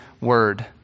word